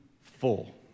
full